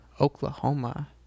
Oklahoma